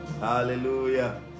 hallelujah